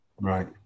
Right